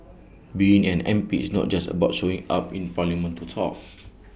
being an M P is not just about showing up in parliament to talk